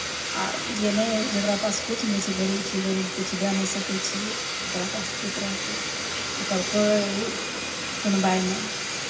आ जे नहि जकरा पास किछु नहि छै गरीब छै गरीब किछु दऽ नहि सकै छियै तऽ ओकरा पास चुप रहतै ओकर कोइ सुनवाइ नहि